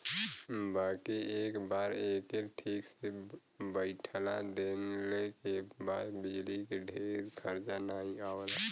बाकी एक बार एके ठीक से बैइठा देले के बाद बिजली के ढेर खरचा नाही आवला